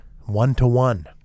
one-to-one